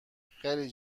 خیلی